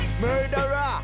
Murderer